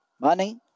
money